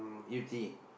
Yew-Tee